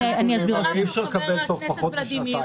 אי-אפשר לקבל תוך פחות משנתיים.